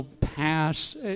pass